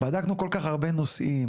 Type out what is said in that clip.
בדקנו כל כך הרבה נושאים.